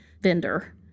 vendor